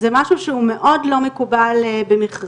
זה משהו שהוא מאוד לא מקובל במכרזים.